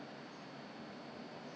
是叫叫什么 deep